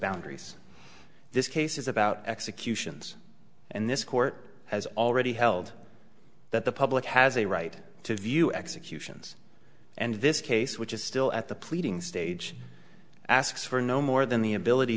boundaries this case is about executions and this court has already held that the public has a right to view executions and this case which is still at the pleading stage asks for no more than the ability